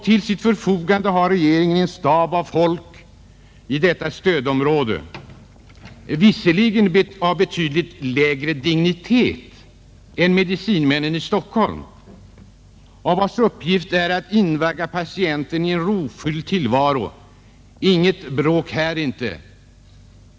Till sitt förfogande har regeringen en stab av folk i detta ”stödområde” — ehuru av betydligt lägre dignitet än medicinmännen i Stockholm — vars uppgift är att invagga patienten i en rofylld tillvaro. Inget bråk här inte!